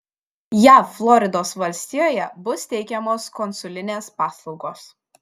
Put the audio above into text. jav floridos valstijoje bus teikiamos konsulinės paslaugos